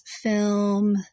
film